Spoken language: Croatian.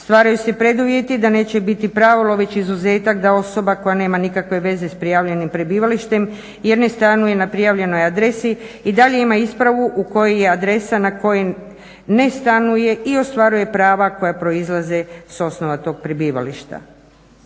Stvaraju se preduvjeti da neće biti pravilo već izuzetak da osoba koja nema nikakve veze s prijavljenim prebivalištem jer ne stanuje na prijavljenoj adresi i dalje ima ispravu u kojoj je adresa na kojoj ne stanuje i ostvaruje prava koja proizlaze s osnova toga prebivališta.